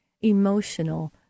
emotional